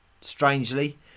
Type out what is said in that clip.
Strangely